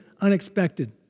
unexpected